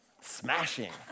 Smashing